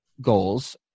goals